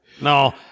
No